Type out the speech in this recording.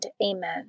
Amen